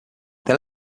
they